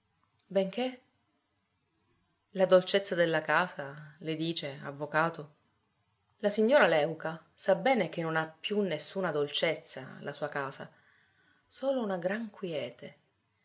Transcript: benché benché la dolcezza della casa lei dice avvocato la signora léuca sa bene che non ha più nessuna dolcezza la sua casa solo una gran quiete